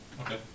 okay